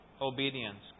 obedience